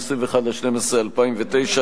21 בדצמבר 2009,